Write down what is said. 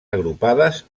agrupades